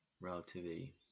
relativity